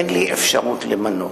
אין לי אפשרות למנות.